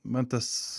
man tas